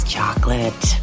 chocolate